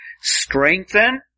strengthen